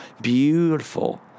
beautiful